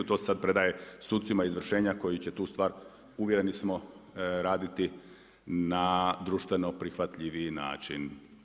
To sad predaje sucima izvršenja koji će tu stvar uvjereni smo raditi na društveno prihvatljiviji način.